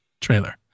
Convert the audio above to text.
trailer